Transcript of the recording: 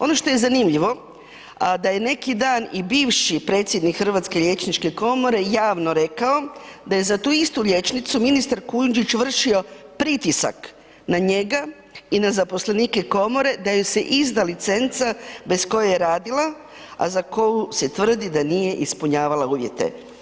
Ono što je zanimljivo, a da je neki dan i bivši predsjednik Hrvatske liječničke komore javno rekao da je za tu istu liječnicu ministar Kujundžić vršio pritisak na njega i na zaposlenike Komore da joj se izda licenca bez koje je radila, a za koju se tvrdi da nije ispunjavala uvjete.